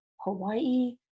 Hawaii